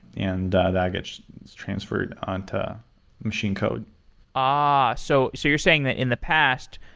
and that gets transferred on to a machine code ah! so so you're saying, that in the past,